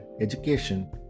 education